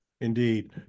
Indeed